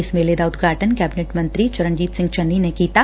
ਇਸ ਮੇਲੇ ਦਾ ਉਦਘਾਟਨ ਕੈਬਨਿਟ ਮੰਤਰੀ ਚਰਨਜੀਤ ਸਿੰਘ ਚੰਨੀ ਨੇ ਕੀਤਾ